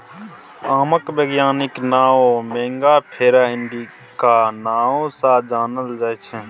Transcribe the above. आमक बैज्ञानिक नाओ मैंगिफेरा इंडिका नाओ सँ जानल जाइ छै